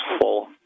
full